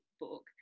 book